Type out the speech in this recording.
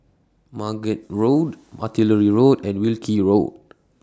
Margate Road Artillery Road and Wilkie Road